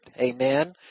Amen